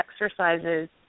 exercises